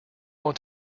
want